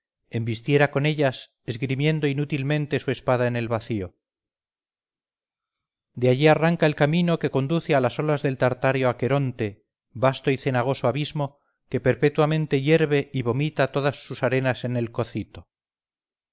embistiera con ellas esgrimiendo inútilmente su espada en el vacío de allí arranca el camino que conduce a las olas del tartáreo aqueronte vasto y cenagoso abismo que perpetuamente hierve y vomita todas sus arenas en el cocito